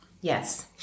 Yes